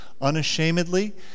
unashamedly